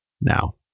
now